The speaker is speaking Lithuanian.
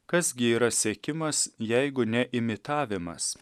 kas gi yra sekimas jeigu ne imitavimas